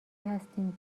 هستیم